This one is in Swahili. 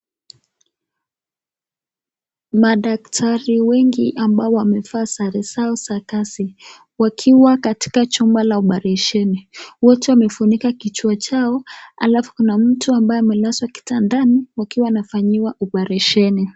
Madaktari wengi ambao wamevaa sare zao za kazi wakiwa katika jumba la oparesheni. Wote wamefunika kichwa chao, halafu kuna mtu ambaye amelazwa kitandani wakiwa wanafanyiwa oparesheni.